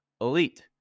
elite